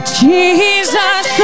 jesus